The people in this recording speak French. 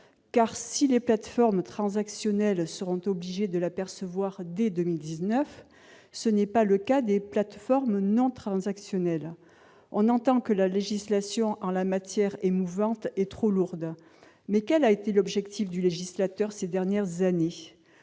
car, si les plateformes transactionnelles sont obligées de la percevoir dès 2019, ce n'est pas le cas des plateformes non transactionnelles. On entend dire que la législation en la matière est mouvante et trop lourde, mais quel a été l'objectif du législateur ces dernières années ?